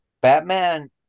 Batman